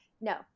No